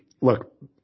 look